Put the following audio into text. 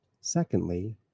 secondly